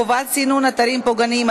חובת סינון אתרים פוגעניים),